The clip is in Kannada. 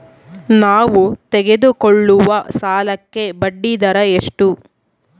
ನಾವು ತೆಗೆದುಕೊಳ್ಳುವ ಸಾಲಕ್ಕೆ ಬಡ್ಡಿದರ ಎಷ್ಟು?